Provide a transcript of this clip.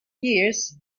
years